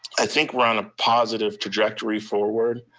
i think we're on a positive trajectory forward.